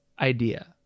idea